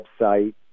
website